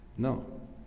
No